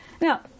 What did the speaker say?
now